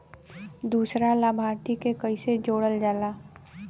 दूसरा लाभार्थी के कैसे जोड़ल जाला?